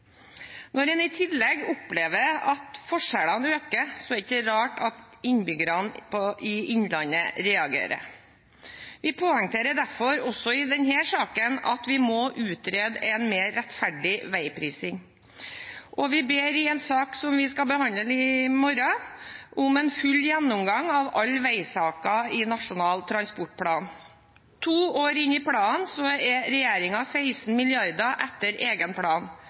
Når en i tillegg opplever at forskjellene øker, er det ikke rart at innbyggerne i Innlandet reagerer. Vi poengterer derfor, også i denne saken, at vi må utrede en mer rettferdig veiprising, og vi ber, i en sak som vi skal behandle i morgen, om en full gjennomgang av alle veisaker i Nasjonal transportplan. To år inn i planen ligger regjeringen 16 mrd. kr etter egen plan.